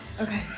Okay